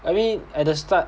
I mean at the start